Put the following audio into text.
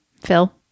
Phil